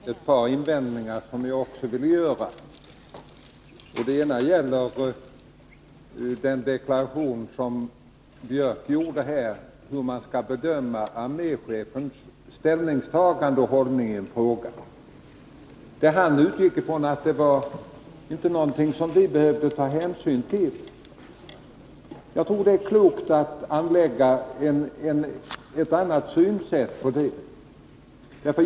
Herr talman! Jag har också ett par invändningar att göra. Den ena gäller Gunnar Björks i Gävle deklaration här om hur man skall bedöma arméchefens ställningstagande och hållning i en fråga. Gunnar Björk utgick ifrån att det var någonting som vi inte behövde ta hänsyn till. Jag tror att det är klokt att anlägga ett annat synsätt.